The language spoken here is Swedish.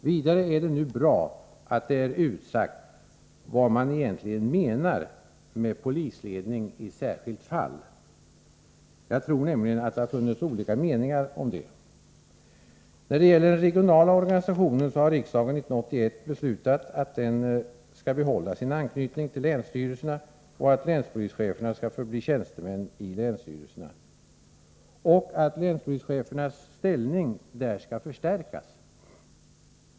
Vidare är det bra att detimpär utsagt-vad, man; egentligenzmenar, med ;/polisledningi särskilt fall” ;Jag tror nämligeniatt detihar, funnits olika meningar, om, detta. sivNändetgäller den regionala organisationen har.riksdagen år 1981 beslutat att.den skall behålla sin anknytning till länsstyrelserna och att länspolischeferna:skall: förbli tjänstemän i länsstyrelserna. .Länspolischefernas ställning där skall också förstärkas!